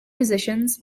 positions